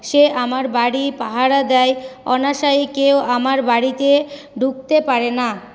সে আমার বাড়ি পাহারা দেয় অনায়াসে কেউ আমার বাড়ীতে ঢুকতে পারে না